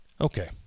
Okay